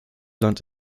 land